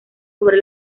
sobre